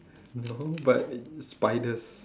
no but spiders